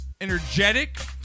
energetic